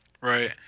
Right